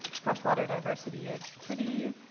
freshwater diversity is pretty,